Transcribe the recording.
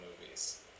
movies